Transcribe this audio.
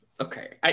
okay